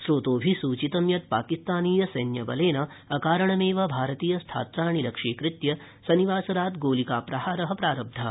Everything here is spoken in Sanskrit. स्रोतोभिः सूचितं यत् पाकिस्तानीय सैन्यबलेन अकारणमेव भारतीयस्थात्राणि लक्ष्यीकृत्य शनिवासरात् गोलिका प्रहारः प्रारब्धः